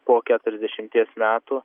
po keturiasdešimties metų